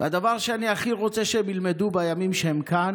הדבר שאני הכי רוצה שהם ילמדו בימים שהם כאן,